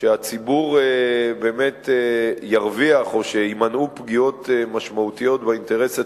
שהציבור באמת ירוויח או שיימנעו פגיעות משמעותיות באינטרס הציבורי,